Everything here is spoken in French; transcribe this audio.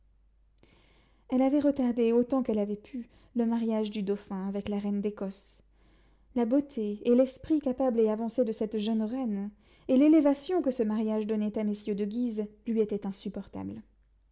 elle avait retardé autant qu'elle avait pu le mariage du dauphin avec la reine d'écosse la beauté et l'esprit capable et avancé de cette jeune reine et l'élévation que ce mariage donnait à messieurs de guise lui étaient insupportables